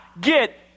get